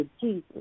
Jesus